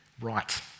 Right